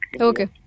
Okay